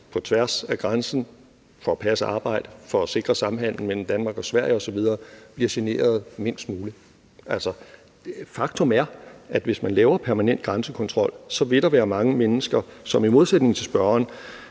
på tværs af grænsen for at passe arbejde, for at sikre samhandelen mellem Danmark og Sverige osv., bliver generet mindst muligt. Altså, faktum er, at hvis man laver permanent grænsekontrol, vil der være mange mennesker, som i modsætning til spørgeren